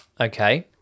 Okay